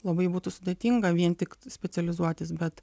labai būtų sudėtinga vien tik specializuotis bet